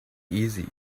easy